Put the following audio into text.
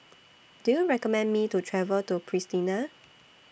Do YOU recommend Me to travel to Pristina